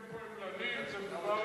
כן, אני הייתי שם אישית.